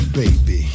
baby